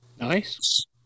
Nice